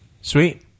Sweet